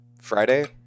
Friday